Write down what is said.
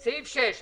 סוף סעיף קטן (ב).